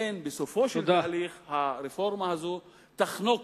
לכן בסופו של תהליך הרפורמה הזו תחנוק